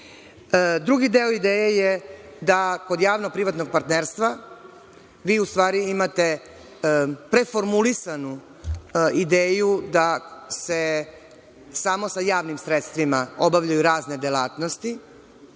deo ideje je da kod javno-privatnog partnerstva u stvari imate preformulisanu ideju da se samo sa javnim sredstvima obavljaju razne delatnosti